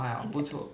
intact